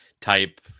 type